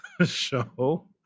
show